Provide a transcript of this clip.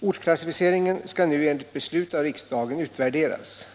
Ortsklassificeringen skall nu enligt beslut av riksdagen utvärderas.